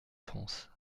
france